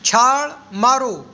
ਛਾਲ ਮਾਰੋ